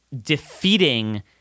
defeating